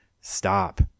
Stop